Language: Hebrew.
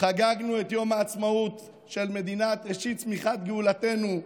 חגגנו את יום העצמאות של ראשית צמיחת גאולתנו,